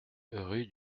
rue